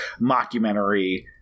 mockumentary